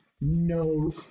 no